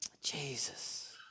Jesus